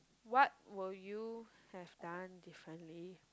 what will you have done differently